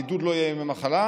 הבידוד לא יהיה ימי מחלה,